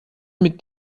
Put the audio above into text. mit